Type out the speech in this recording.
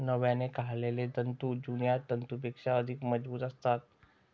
नव्याने काढलेले तंतू जुन्या तंतूंपेक्षा अधिक मजबूत असतात